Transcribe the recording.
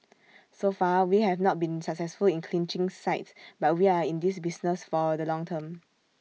so far we have not been successful in clinching sites but we are in this business for the long term